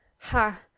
Ha